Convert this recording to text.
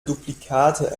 duplikate